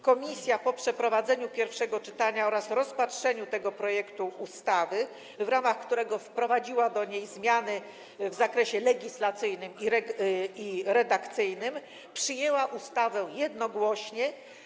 Komisja po przeprowadzeniu pierwszego czytania oraz rozpatrzeniu tego projektu ustawy, w ramach którego wprowadziła do niego zmiany w zakresie legislacyjnym i redakcyjnym, przyjęła go jednogłośnie.